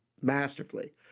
masterfully